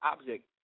object